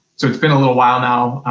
so it's been a little while now,